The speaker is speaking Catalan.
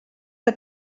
que